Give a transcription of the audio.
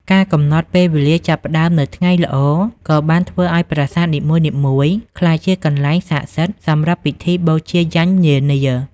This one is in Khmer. ការកំណត់ពេលវេលាចាប់ផ្តើមនៅថ្ងៃល្អក៏បានធ្វើឲ្យប្រាសាទនីមួយៗក្លាយជាកន្លែងស័ក្តិសិទ្ធិសម្រាប់ពិធីបូជាយញ្ញនានា។